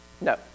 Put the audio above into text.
No